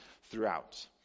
throughout